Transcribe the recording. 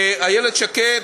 איילת שקד,